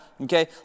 Okay